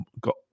got